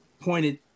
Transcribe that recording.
pointed